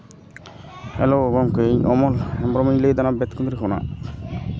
hello ᱜᱚᱢᱠᱮ ᱤᱧ ᱚᱱᱚᱞ ᱦᱮᱢᱵᱨᱚᱢ ᱤᱧ ᱞᱟᱹᱭᱫᱟ ᱵᱮᱛᱠᱩᱸᱫᱽᱨᱤ ᱠᱷᱚᱱᱟᱜ